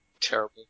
terrible